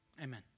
Amen